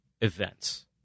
events